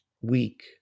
weak